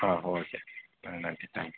ஆ okay ஆ நன்றி thanks